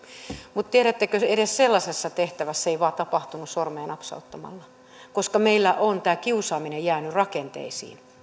mutta tiedättekö edes sellaisessa tehtävässä se ei vaan tapahtunut sormea napsauttamalla koska meillä on tämä kiusaaminen jäänyt rakenteisiin